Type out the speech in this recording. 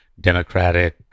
democratic